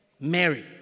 Mary